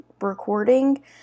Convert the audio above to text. recording